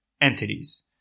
entities